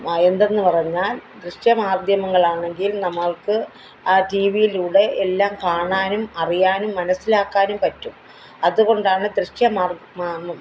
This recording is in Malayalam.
ആ എന്തെന്ന് പറഞ്ഞാൽ ദൃശ്യ മാധ്യമങ്ങളാണെങ്കിൽ നമ്മൾക്ക് ആ ടീ വിയിലൂടെ എല്ലാം കാണാനും അറിയാനും മനസിലാക്കാനും പറ്റും അതുകൊണ്ടാണ് ദൃശ്യ മാധ്യമം മാ മ